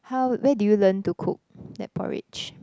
how where did you learn to cook that porridge